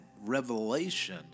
revelation